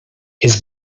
his